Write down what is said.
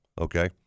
Okay